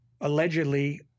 allegedly